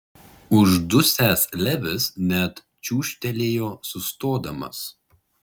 uždusęs levis net čiūžtelėjo sustodamas